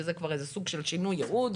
שזה כבר איזה סוג של שינוי ייעוד.